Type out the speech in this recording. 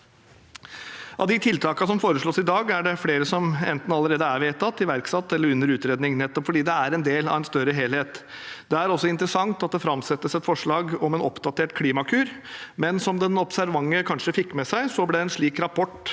Av de tiltakene som foreslås i dag, er det flere som enten allerede er vedtatt, iverksatt eller under utredning, nettopp fordi det er en del av en større helhet. Det er også interessant at det framsettes et forslag om en oppdatert Klimakur, men som den observante kanskje fikk med seg, ble en slik rapport